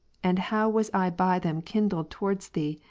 and how was i by them kindled towardsthee,